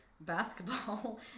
basketball